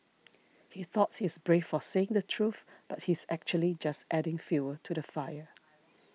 he thought he's brave for saying the truth but he's actually just adding fuel to the fire